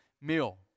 meal